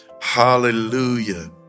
Hallelujah